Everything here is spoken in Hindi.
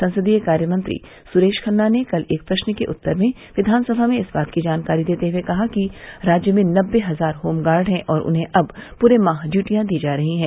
संसदीय कार्यमंत्री सुरेश खन्ना ने कल एक प्रश्न के उत्तर में विधानसभा में इस बात की जानकारी देते हुए कहा कि राज्य में नबे हजार होमगार्ड हैं और उन्हें अब पूरे माह इय्रटियॉ दी जा रही हैं